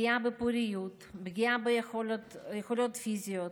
בפוריות וביכולות פיזיות,